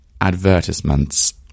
advertisements